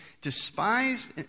despised